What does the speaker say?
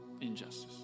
Injustice